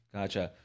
Gotcha